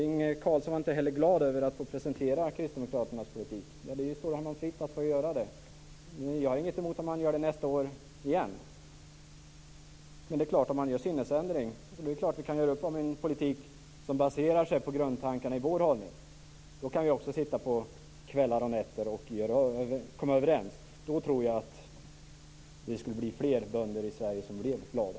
Inge Carlsson var inte glad över att få presentera Kristdemokraternas politik, men det står honom fritt att göra det. Jag har inget emot att han gör det nästa år igen. Det är klart att om han genomgår en sinnesförändring kan vi göra upp om en politik om baserar sig på grundtankarna i vår hållning. Då kan vi också sitta på kvällar och nätter och komma överens. Då tror jag att det är fler bönder i Sverige som skulle bli glada.